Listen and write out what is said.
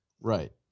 Right